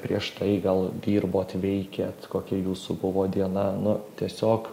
prieš tai gal dirbot veikėt kokia jūsų buvo diena nu tiesiog